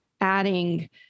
adding